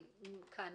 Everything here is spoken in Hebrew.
תודה.